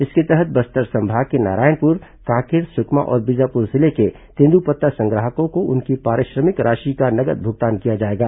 इसके तहत बस्तर संभाग के नारायणपुर कांकेर सुकमा और बीजापुर जिले के तेंद्रपत्ता संग्राहकों को उनकी पारिश्रमिक राशि का नगद भुगतान किया जाएगा